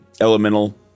elemental